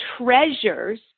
treasures